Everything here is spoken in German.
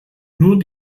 nur